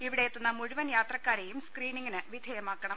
ഇവിടെയെത്തുന്ന മുഴുവൻ യാത്രക്കാരേയും സ്ക്രീനിംഗിന് വിധേയമാക്കണം